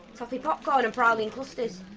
toffee popcorn and praline clusters.